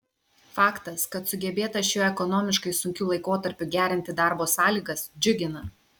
faktas kad sugebėta šiuo ekonomiškai sunkiu laikotarpiu gerinti darbo sąlygas džiugina